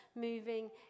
moving